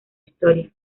historia